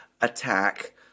attack